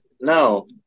No